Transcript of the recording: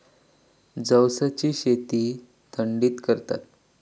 जवसची शेती थंडीत करतत